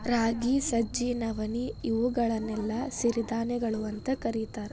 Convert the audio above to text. ರಾಗಿ, ಸಜ್ಜಿ, ನವಣಿ, ಇವುಗಳನ್ನೆಲ್ಲ ಸಿರಿಧಾನ್ಯಗಳು ಅಂತ ಕರೇತಾರ